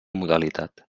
modalitat